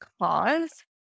cause